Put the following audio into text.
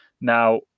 Now